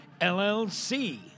LLC